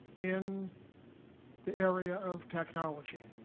in the area of technology.